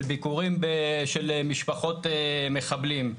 של ביקורים של משפחות מחבלים.